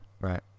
right